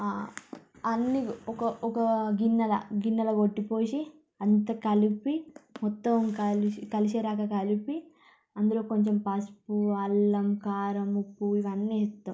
అన్ని ఒక ఒక గిన్నెల గిన్నెలో కొట్టి పోసి అంతా కలిపి మొత్తం కలిసి కలిసేరకంగా కలిపి అందులో కొంచెం పసుపు అల్లం కారం ఉప్పు ఇవన్నీ ఏత్తం